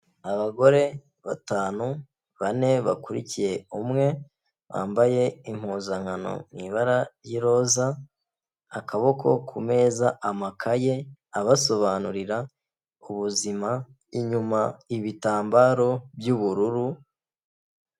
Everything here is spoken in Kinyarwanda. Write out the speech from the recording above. Abagore batanu, bane bakurikiye umwe, bambaye impuzankano mu ibara ry'iroza, akaboko ku meza, amakaye abasobanurira ubuzima, inyuma ibitambaro by'ubururu.